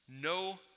no